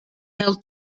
held